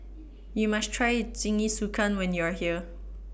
YOU must Try Jingisukan when YOU Are here